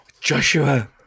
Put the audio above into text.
Joshua